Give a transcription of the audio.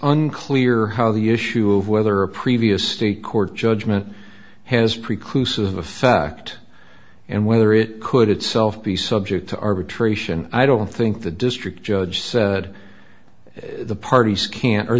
unclear how the issue of whether a previous state court judgment has preclude a fact and whether it could itself be subject to arbitration i don't think the district judge said the parties can't